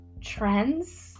trends